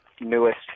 newest